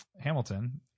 Hamilton